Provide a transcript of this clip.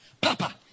Papa